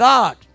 God